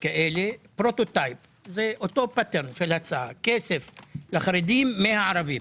כאלה - פרוטוטייפ כסף לחרדים מהערבים.